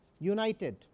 united